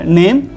name